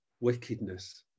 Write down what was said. wickedness